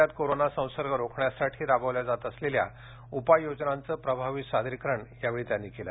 राज्यात कोरोना संसर्ग रोखण्यासाठी राबवल्या जात असलेल्या उपाययोजनांचं प्रभावी सादरीकरण यावेळी मुख्यमंत्र्यांनी केलं